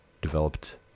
developed